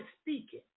speaking